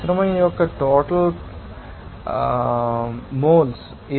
మిశ్రమం యొక్క టోటల్ పుట్టుమచ్చలు